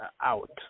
out